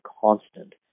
constant